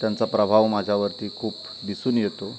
त्यांचा प्रभाव माझ्यावरती खूप दिसून येतो